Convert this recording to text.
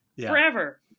forever